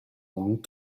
long